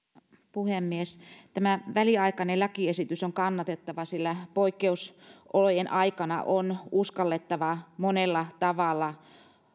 puhemies tämä väliaikainen lakiesitys on kannatettava sillä poikkeusolojen aikana on uskallettava monella tavalla